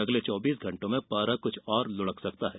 अगले चौबीस घंटों में पारा कुछ और लुढ़क सकता है